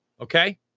okay